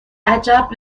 عجب